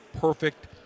perfect